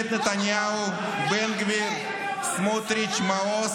זה לא מה שאנחנו אומרים.